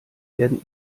werden